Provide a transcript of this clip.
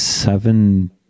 Seven